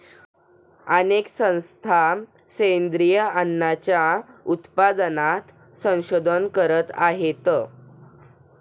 अनेक संस्था सेंद्रिय अन्नाच्या उत्पादनात संशोधन करत आहेत